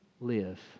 live